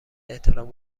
احترام